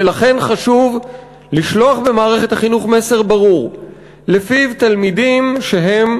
ולכן חשוב לשלוח במערכת החינוך מסר ברור שלפיו תלמידים שהם